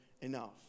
enough